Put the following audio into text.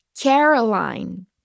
Caroline